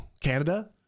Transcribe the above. Canada